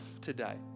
today